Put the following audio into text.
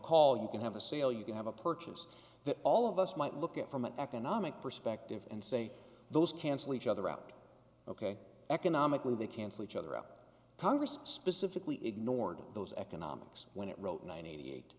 call you can have a sale you can have a purchase that all of us might look at from an economic perspective and say those cancel each other out ok economically they cancel each other out congress specifically ignored those economics when it wrote ninety eight